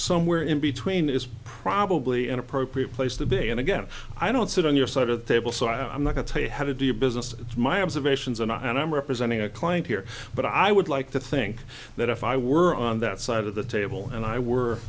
somewhere in between is probably an appropriate place to be and again i don't sit on your side of the table so i'm not to tell you how to do your business it's my observations and i'm representing a client here but i would like to think that if i were on that side of the table and i were